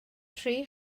tri